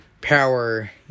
power